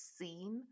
scene